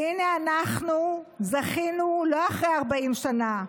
והינה, אנחנו זכינו לא אחרי 40 שנה,